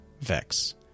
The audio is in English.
Vex